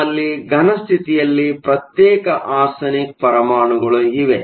ನಿಮ್ಮಲ್ಲಿ ಘನ ಸ್ಥಿತಿಯಲ್ಲಿ ಪ್ರತ್ಯೇಕ ಆರ್ಸೆನಿಕ್ ಪರಮಾಣುಗಳು ಇವೆ